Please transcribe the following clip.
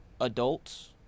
adults